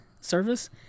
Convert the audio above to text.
service